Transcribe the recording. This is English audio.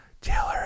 Taylor